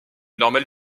normale